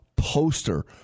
poster